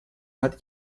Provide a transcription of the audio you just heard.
hat